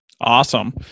Awesome